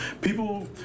people